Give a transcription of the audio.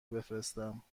بفرستم